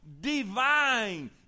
Divine